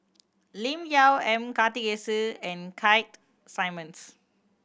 Lim Yau M Karthigesu and Keith Simmons